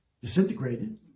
disintegrated